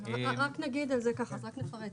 רק נפרט,